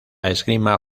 esgrima